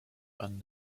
and